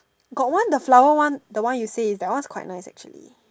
got one the flower one the one you say that one's quite nice actually